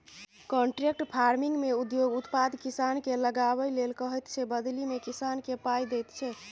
contract फार्मिंगमे उद्योग उत्पाद किसानकेँ लगाबै लेल कहैत छै बदलीमे किसानकेँ पाइ दैत छै